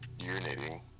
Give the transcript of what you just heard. urinating